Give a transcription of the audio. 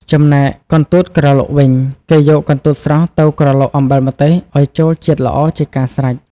ចំណែក កន្ទួតក្រឡុក វិញ គេយក កន្ទួតស្រស់ទៅក្រឡុកអំបិលម្ទេសឲ្យចូលជាតិល្អជាការស្រេច។